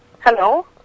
hello